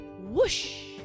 whoosh